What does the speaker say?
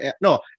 no